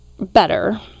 better